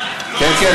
כן, כן.